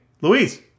Louise